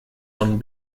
own